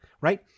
right